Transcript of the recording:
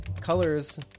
colors